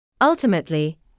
Ultimately